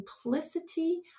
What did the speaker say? simplicity